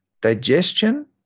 Digestion